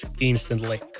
instantly